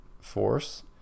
force